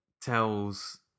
tells